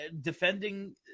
defending –